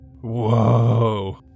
Whoa